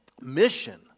mission